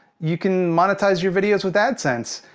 you can monetize your videos with adsense.